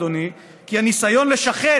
לסוריה, אדוני, כי הניסיון לשחד,